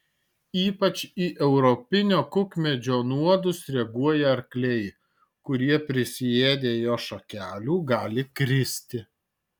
ypač į europinio kukmedžio nuodus reaguoja arkliai kurie prisiėdę jo šakelių gali kristi